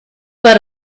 but